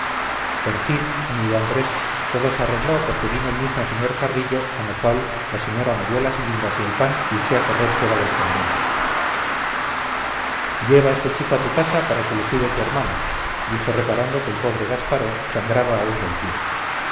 por fin amigo andrés todo se arregló porque vino el mismo sr carrillo con lo cual la señora me dio las guindas y el pan y eché a correr fuera del convento lleva este chico a tu casa para que le cuide tu hermana dije reparando que el pobre gasparó sangraba aún del pie